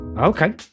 okay